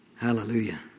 Hallelujah